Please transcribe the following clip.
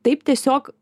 taip tiesiog